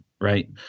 Right